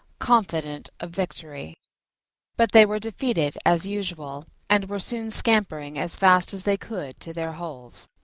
confident of victory but they were defeated as usual, and were soon scampering as fast as they could to their holes.